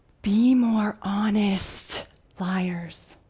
be more honest liars.